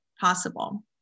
possible